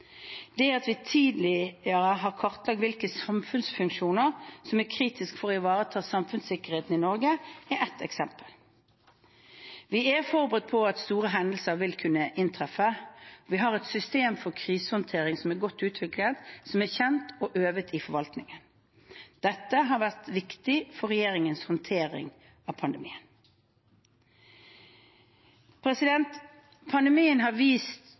Det at vi tidligere har kartlagt hvilke samfunnsfunksjoner som er kritiske for å ivareta samfunnssikkerheten i Norge, er ett eksempel. Vi er forberedt på at store hendelser vil kunne inntreffe, og vi har et system for krisehåndtering som er godt utviklet, som er kjent og øvd i forvaltningen. Dette har vært viktig for regjeringens håndtering av pandemien. Pandemien har tydelig vist